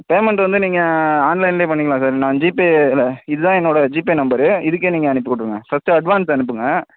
payment வந்து நீங்கள் ஆன்லைனிலே பண்ணிக்கலாம் சார் நான் ஜிபேயில் இதுதான் என்னோடய ஜிபே நம்பரு இதுக்கே நீங்கள் அனுப்பிவிட்ருங்க ஃபஸ்ட்டு அட்வான்ஸ் அனுப்புங்கள்